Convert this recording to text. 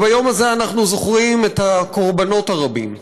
וביום הזה אנחנו זוכרים את הקורבנות הרבים,